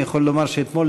אני יכול לומר שאתמול,